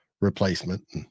replacement